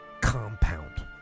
compound